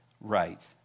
right